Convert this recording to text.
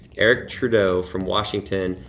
eric trudeau from washington,